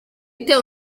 ufite